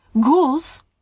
ghouls